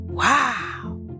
Wow